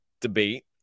debate